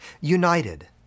united